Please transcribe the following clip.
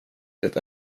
det